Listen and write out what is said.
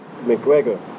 McGregor